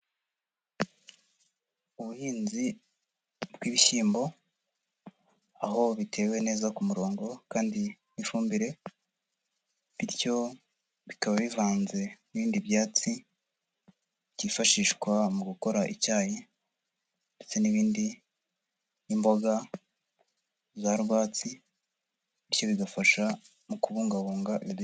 Ubuhinzi bw'ibishyimbo aho bitewe neza ku murongo kandi n'ifumbire, bityo bikaba bivanze n'ibindi byatsi byifashishwa mu gukora icyayi ndetse n'ibindi nk'imboga za rwatsi, bityo bigafasha mu kubungabunga ibidukikije.